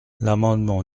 l’amendement